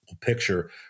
picture